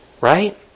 Right